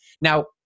Now